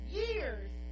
years